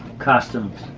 customs,